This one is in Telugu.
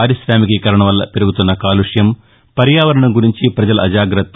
పార్కిశామీకరణ వల్ల పెరుగుతున్న కాలుష్యం పర్యావరణం గురించి ప్రజల అజాగ్రత్త